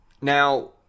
Now